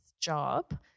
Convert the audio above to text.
job